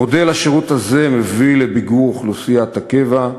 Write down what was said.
מודל השירות הזה מביא לביגור אוכלוסיית הקבע,